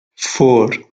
four